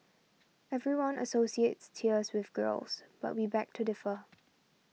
everyone associates tears with girls but we beg to differ